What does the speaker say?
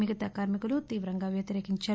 మిగతా కార్మికులు తీవ్రంగా వ్యతిరేకించారు